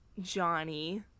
Johnny